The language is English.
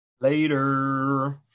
later